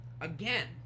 Again